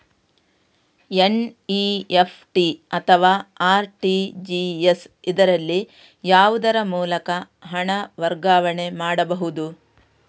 NEFT ಅಥವಾ RTGS, ಇದರಲ್ಲಿ ಯಾವುದರ ಮೂಲಕ ಹಣ ವರ್ಗಾವಣೆ ಮಾಡಬಹುದು?